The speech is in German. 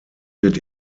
wird